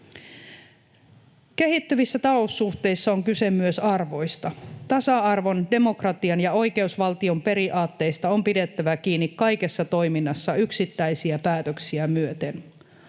Kehittyvissä taloussuhteissa on kyse myös arvoista. Tasa-arvon, demokratian ja oikeusvaltion periaatteista on pidettävä kiinni kaikessa toiminnassa yksittäisiä päätöksiä myöten.